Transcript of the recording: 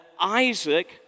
Isaac